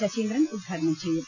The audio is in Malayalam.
ശശീന്ദ്രൻ ഉദ്ഘാടനം ചെയ്യും